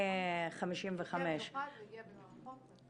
13:55. היא הגיעה במיוחד והיא הגיעה מרחוק.